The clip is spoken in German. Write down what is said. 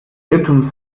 irrtum